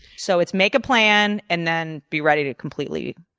so it's make a plan, and then be ready to completely,